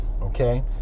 Okay